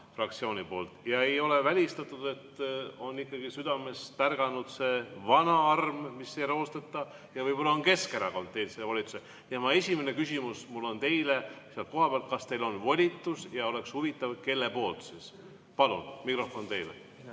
fraktsiooni poolt. Ja ei ole välistatud, et on südames tärganud see vana arm, mis ei roosteta, ja võib-olla on Keskerakond teinud selle volituse. Mu esimene küsimus teile on: kas teil on volitus? Ja oleks huvitav, kelle poolt siis. Palun, mikrofon teile!